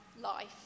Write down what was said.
life